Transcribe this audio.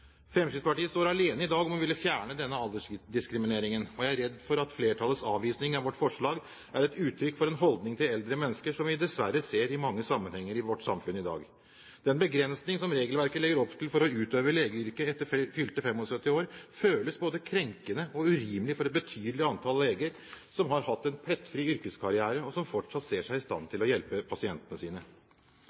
Fremskrittspartiet står i dag alene om å ville fjerne denne aldersdiskrimineringen, og jeg er redd for at flertallets avvisning av vårt forslag er et utrykk for en holdning til eldre mennesker som vi dessverre ser i mange sammenhenger i vårt samfunn i dag. Den begrensningen som regelverket legger opp til for å utøve legeyrket etter fylte 75 år, føles både krenkende og urimelig for et betydelig antall leger som har hatt en plettfri yrkeskarriere, og som fortsatt ser seg i stand til å hjelpe pasientene sine.